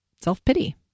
self-pity